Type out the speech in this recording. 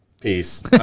peace